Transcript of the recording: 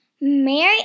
Mary